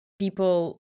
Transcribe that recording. People